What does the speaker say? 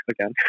again